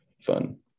fun